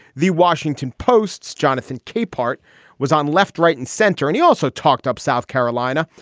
the washington post's jonathan capehart was on left, right and center, and he also talked up south carolina.